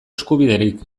eskubiderik